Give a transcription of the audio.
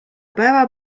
päeva